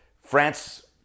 france